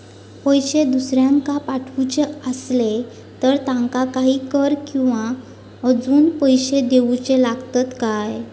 पैशे दुसऱ्याक पाठवूचे आसले तर त्याका काही कर किवा अजून पैशे देऊचे लागतत काय?